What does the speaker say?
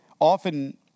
Often